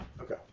Okay